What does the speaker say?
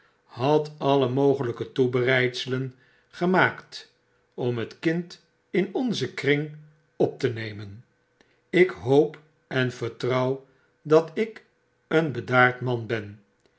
had alle mogelyke toebereidselen gemaakt om het kind in onzen kring op te nemen ik hoop en vertrouw dat ik een bedaard man ben